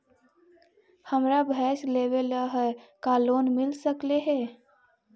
हमरा भैस लेबे ल है का लोन मिल सकले हे?